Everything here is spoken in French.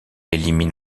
élimine